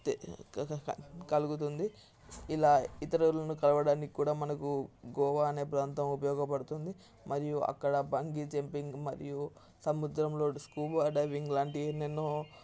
కలుగుతుంది ఇలా ఇతరులను కలవడానికి కూడా మనకు గోవా అనే ప్రాంతం ఉపయోగపడుతుంది మరియు అక్కడ బంగీ జంపింగ్ మరియు సముద్రంలో స్కూబా డైవింగ్ లాంటివి ఎన్నెన్నో